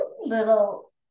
little